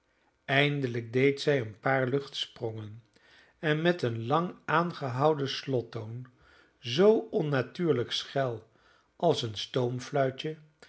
eindelijk deed zij een paar luchtsprongen en met een lang aangehouden slottoon zoo onnatuurlijk schel als een